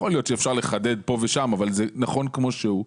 יכול להיות שאפשר לחדד פה ושם אבל הוא נכון כמו שהוא,